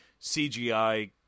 CGI